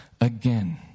again